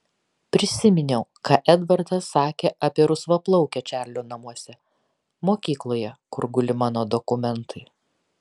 prisiminiau ką edvardas sakė apie rusvaplaukę čarlio namuose mokykloje kur guli mano dokumentai